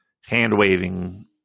hand-waving